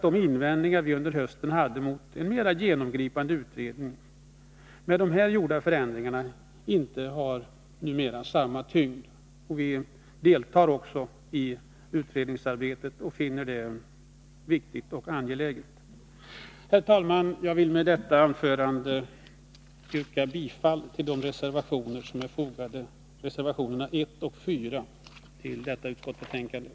De invändningar som vi under hösten hade mot en mera genomgripande utredning har alltså, efter de genomförda förändringarna, inte samma tyngd. Vi deltar också i utredningsarbetet och finner det angeläget. Herr talman! Jag yrkar med detta bifall till reservationerna 1 och 4 vid utskottsbetänkandet.